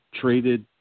traded